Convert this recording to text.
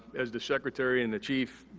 as the secretary and the chief,